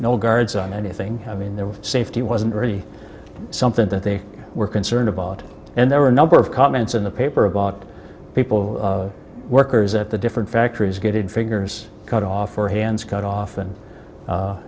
no guards on anything i mean there were safety wasn't really something that they were concerned about and there were a number of comments in the paper about people of workers at the different factories gated figures cut off their hands cut off and